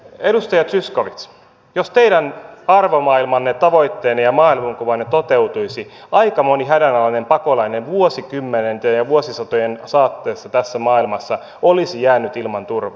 edustaja zyskowicz jos teidän arvomaailmanne tavoitteenne ja maailmankuvanne toteutuisi aika moni hädänalainen pakolainen vuosikymmenten ja vuosisatojen saatteessa tässä maailmassa olisi jäänyt ilman turvaa